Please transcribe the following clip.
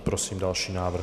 Prosím další návrh.